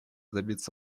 добиться